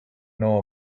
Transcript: know